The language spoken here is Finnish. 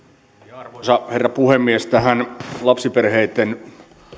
arvoisa herra puhemies lapsiperheitten